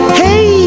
hey